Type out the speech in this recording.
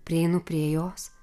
prieinu prie jos